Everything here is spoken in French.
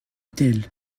telle